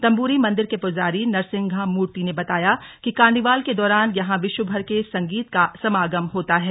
तम्बूरी मंदिर के पुजारी नरसिंहामूर्ति ने बताया कि कार्निवाल के दौरान यहां विश्वभर के संगीत का समागम होता है